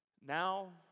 Now